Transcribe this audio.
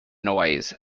noise